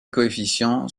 coefficients